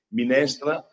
minestra